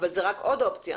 אבל זאת רק עוד אופציה.